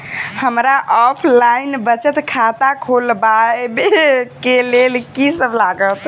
हमरा ऑफलाइन बचत खाता खोलाबै केँ लेल की सब लागत?